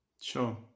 Sure